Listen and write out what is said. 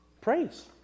Praise